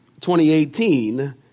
2018